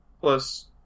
Plus